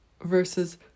Versus